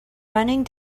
running